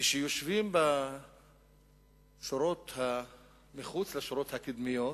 כשיושבים בשורות שמחוץ לשורות הקדמיות,